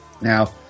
Now